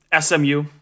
SMU